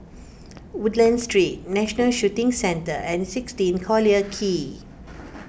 Woodlands Street National Shooting Centre and sixteen Collyer Quay